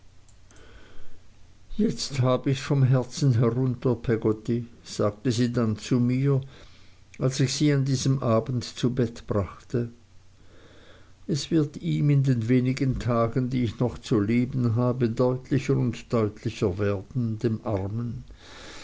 jetzt hab ichs vom herzen herunter peggotty sagte sie dann zu mir als ich sie an diesem abend zu bett brachte es wird ihm in den wenigen tagen die ich noch zu leben habe deutlicher und deutlicher werden dem armen